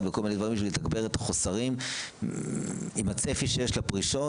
וכל מיני דברים בשביל לתגבר את החוסרים עם הצפי שיש לפרישות,